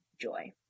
joy